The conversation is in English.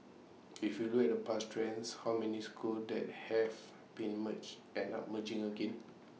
if you look at the past trends how many schools that have been merged end up merging again